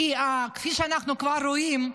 כי כפי שאנחנו כבר רואים,